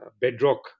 bedrock